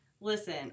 Listen